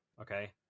okay